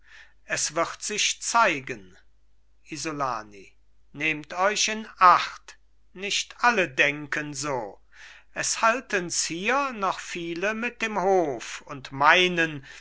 es wird sich zeigen isolani nehmt euch in acht nicht alle denken so es haltens hier noch viele mit dem hof und meinen